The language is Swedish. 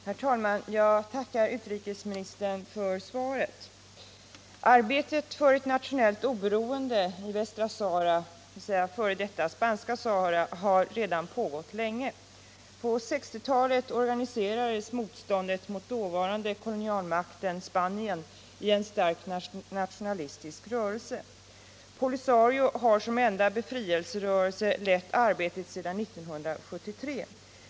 Herr talman! Jag tackar utrikesministern för svaret på min fråga. Arbetet för ett nationellt oberoende i Västra Sahara — dvs. f. d. Spanska Sahara — har redan pågått länge. På 1960-talet organiserades motståndet mot dåvarande kolonialmakten Spanien i en stark nationalistisk rörelse. Polisario har som enda befrielserörelse lett arbetet sedan 1973.